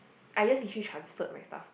I just literally transferred my stuff